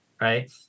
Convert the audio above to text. right